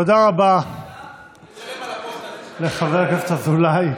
תודה רבה לחבר הכנסת אזולאי,